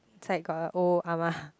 inside got a old ah-ma